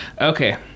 Okay